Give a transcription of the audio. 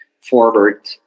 forward